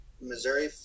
Missouri